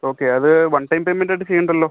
okay അത് one time payment ആയിട്ട് ചെയ്യണ്ടല്ലൊ